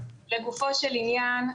לגופו של עניין,